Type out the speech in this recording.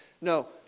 No